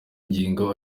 ngingo